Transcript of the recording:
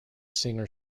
singer